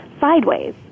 sideways